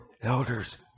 elders